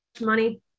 money